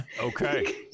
Okay